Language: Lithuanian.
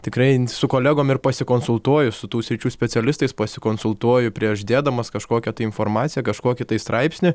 tikrai su kolegom ir pasikonsultuoju su tų sričių specialistais pasikonsultuoju prieš dėdamas kažkokią informaciją kažkokį tai straipsnį